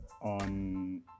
on